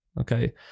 Okay